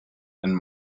and